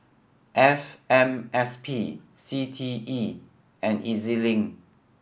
F M S P C T E and E Z Link